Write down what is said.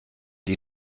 die